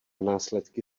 následky